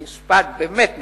ומשפט, באמת משפט,